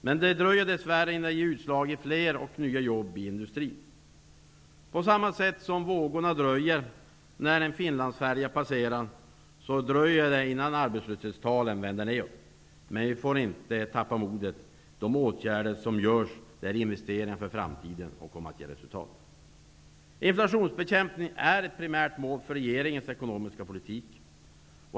Men det dröjer dess värre innan det ger utslag i fler och nya jobb i industrin. På samma sätt som vågorna dröjer när en Finlandsfärja passerar, dröjer det innan arbetslöshetstalen vänder nedåt. Men vi får inte tappa modet. De åtgärder som vidtas är investeringar för framtiden och de kommer att ge resultat. Inflationsbekämpning är ett primärt mål för regeringens ekonomiska politik.